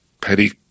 petty